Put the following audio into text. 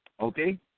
Okay